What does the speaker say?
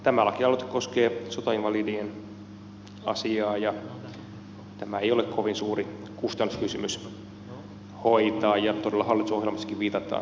tämä lakialoite koskee sotainvalidien asiaa ja tämä ei ole kovin suuri kustannuskysymys hoitaa ja todella hallitusohjelmassakin viitataan tämmöiseen